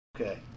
Okay